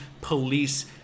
police